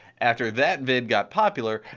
after that vid got popular,